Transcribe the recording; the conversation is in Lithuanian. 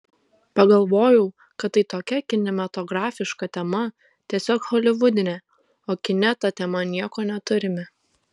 pagalvojau kad tai tokia kinematografiška tema tiesiog holivudinė o kine ta tema nieko neturime